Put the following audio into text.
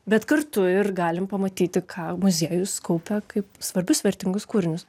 bet kartu ir galim pamatyti ką muziejus kaupia kaip svarbius vertingus kūrinius